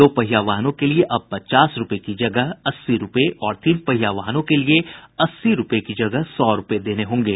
दो पहिया वाहनों के लिए अब पचास रूपये की जगह अस्सी रूपये और तीन पहिया वाहनों के लिए अस्सी रूपये की जगह सौ रूपये देने होंगे